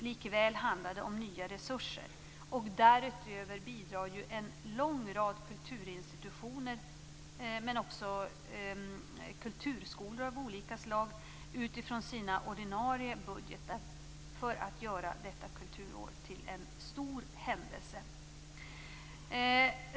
Likväl handlar det om nya resurser. Därutöver bidrar ju en lång rad kulturinstitutioner, men också kulturskolor av olika slag, utifrån sina ordinarie budgetar för att göra detta kulturår till en stor händelse.